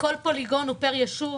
כל פוליגון הוא פר ישוב.